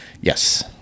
Yes